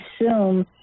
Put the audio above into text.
assume